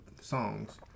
songs